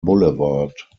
boulevard